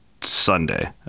Sunday